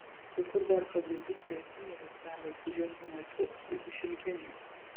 kai kur dar padėti skersiniai rąsteliai kurie sunerti su išilginiais